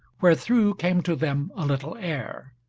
where through came to them a little air.